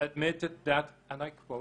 אנחנו מתנגדים.